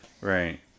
Right